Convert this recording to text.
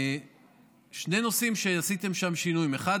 בשני נושאים עשיתם שם שינויים: האחד,